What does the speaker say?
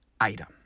item